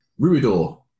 Ruidor